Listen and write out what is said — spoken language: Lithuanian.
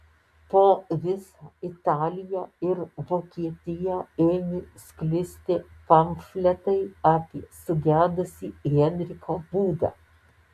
po visą italiją ir vokietiją ėmė sklisti pamfletai apie sugedusį henriko būdą